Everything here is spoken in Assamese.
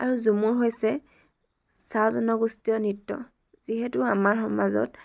আৰু ঝুমুৰ হৈছে চাহ জনগোষ্ঠীয় নৃত্য যিহেতু আমাৰ সমাজত